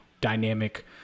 dynamic